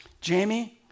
Jamie